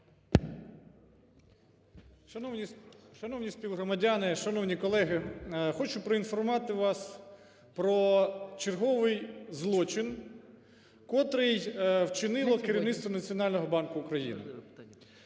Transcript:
Шановні співгромадяни, шановні колеги, хочу проінформувати вас про черговий злочин, котре вчинило керівництво Національного банку України.